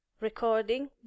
recording